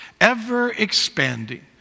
ever-expanding